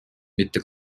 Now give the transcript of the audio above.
mitte